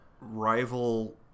rival